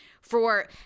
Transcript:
for-